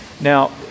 Now